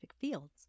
fields